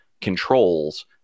controls